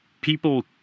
people